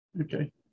Okay